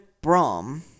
Brom